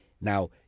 Now